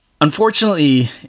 Unfortunately